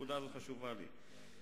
הנקודה הזאת חשובה לי.